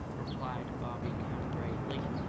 replied bobby coon gravely,